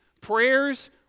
prayers